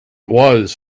was